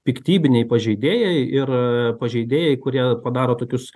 piktybiniai pažeidėjai ir pažeidėjai kurie padaro tokius